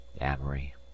amory